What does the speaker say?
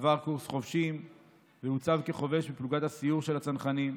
עבר קורס חובשים והוצב כחובש בפלוגת הסיור של הצנחנים.